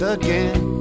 again